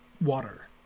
water